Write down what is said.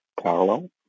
parallel